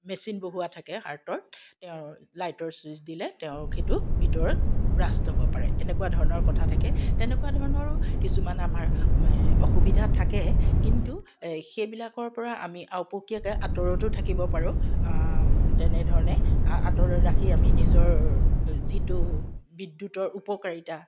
machine বহোৱা থাকে হাৰ্টৰ তেওঁ লাইটৰ ছুইচ দিলে তেওঁৰ সেইটো ভিতৰত ব্ৰাষ্ট হ'ব পাৰে এনেকুৱা ধৰণৰ কথা থাকে তেনেকুৱা ধৰণৰো কিছুমান আমাৰ অসুবিধা থাকে কিন্তু সেইবিলাকৰ পৰা আমি আওপকীয়াকৈ আঁতৰতো থাকিব পাৰোঁ তেনেধৰণে আঁতৰত ৰাখি আমি নিজৰ যিটো বিদ্যুতৰ উপকাৰিতা